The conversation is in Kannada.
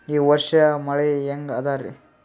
ಈ ವರ್ಷ ಮಳಿ ಹೆಂಗ ಅದಾರಿ?